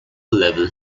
level